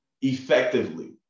effectively